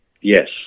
yes